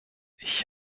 ich